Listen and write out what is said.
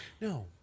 no